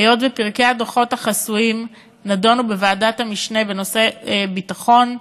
היות שפרקי הדוחות החסויים נדונו בוועדת המשנה לנושאי ביטחון,